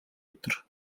өдөр